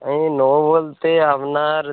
এই নেব বলতে আপনার